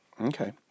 okay